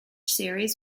series